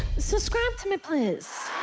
subscribe to me please.